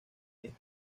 hija